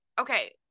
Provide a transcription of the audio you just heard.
okay